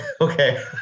Okay